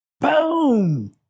Boom